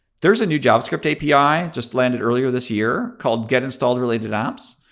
there is a new javascript api just landed earlier this year called get installed related apps.